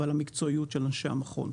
ועל המקצועיות של אנשי המכון.